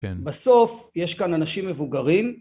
בסוף, יש כאן אנשים מבוגרים.